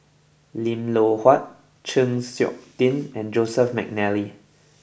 Lim Loh Huat Chng Seok Tin and Joseph McNally